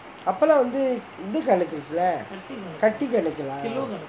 அப்போ லாம் வந்து இந்த கணக்கு இருக்கு:appo laam vanthu intha kanakku irukku lah கட்டி கணக்கு:katti kanakku